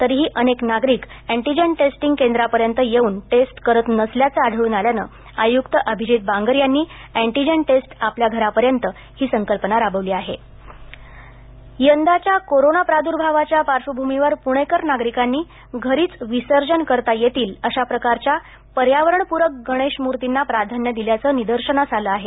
तरीही अनेक नागरिक अँटीजेन टेस्टींग केंद्रांपर्यंत येऊन टेस्ट करत नसल्याचं आढळन आल्यानं आयुक्त अभिजीत बांगर यांनी अँटीजेन टेस्ट आपल्या घरापर्यंतही संकल्पना राबवली आहे गुणपती यंदाच्या कोरोना प्रादुर्भावाच्या पार्श्वभूमीवर पुणेकर नागरिकांनी घरीच विसर्जन करता येतील अशा प्रकारच्या पर्यावरणपूरक गणेश मूर्तीना प्राधान्य दिल्याचं निदर्शनास आलं आहे